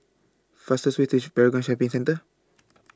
fastest Way tage Paragon Shopping Centre